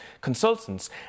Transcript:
consultants